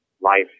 Life